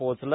पोहोचलं